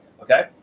Okay